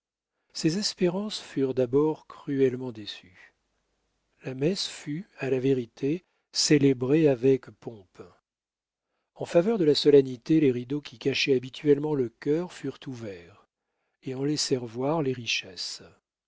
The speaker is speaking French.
ses espérances furent d'abord cruellement déçues la messe fut à la vérité célébrée avec pompe en faveur de la solennité les rideaux qui cachaient habituellement le chœur furent ouverts et en laissèrent voir les richesses